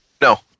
No